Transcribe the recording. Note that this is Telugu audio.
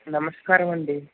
నమస్కారం అండి